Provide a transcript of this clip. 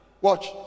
Watch